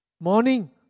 Morning